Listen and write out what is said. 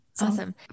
Awesome